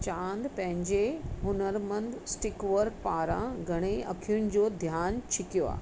चांद पंहिंजे हुनरमंद stick work पारां घणेई अखियुनि जो ध्यानु छिकियो आहे